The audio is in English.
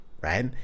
right